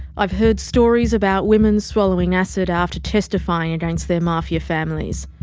i've heard stories about women swallowing acid after testifying against their mafia families,